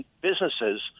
businesses